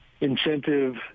incentive